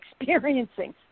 experiencing